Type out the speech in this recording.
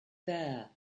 there